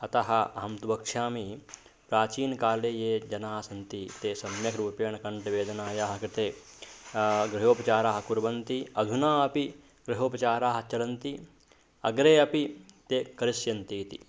अतः अहं तु वक्ष्यामि प्राचीनकाले ये जनाः सन्ति ते सम्यक् रूपेण कण्ठवेदनायाः कृते गृहोपचाराः कुर्वन्ति अधुना अपि गृहोपचाराः चलन्ति अग्रे अपि ते करिष्यन्ति इति